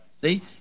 See